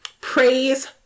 praise